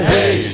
Hey